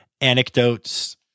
anecdotes